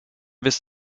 bis